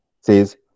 says